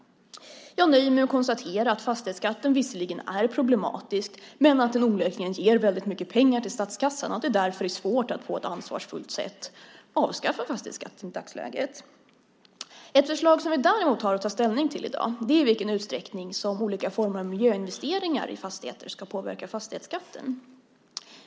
Jag nöjer mig med att konstatera att fastighetsskatten visserligen är problematisk men att den onekligen ger väldigt mycket pengar till statskassan och att det därför i dagsläget är svårt att på ett ansvarsfullt sätt avskaffa den. Ett förslag som vi däremot har att ta ställning till i dag är i vilken utsträckning som olika former av miljöinvesteringar i fastigheter ska påverka fastighetsskatten.